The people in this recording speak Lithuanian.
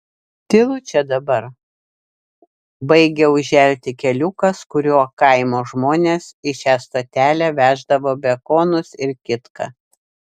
tylu čia dabar baigia užželti keliukas kuriuo kaimo žmonės į šią stotelę veždavo bekonus ir kitką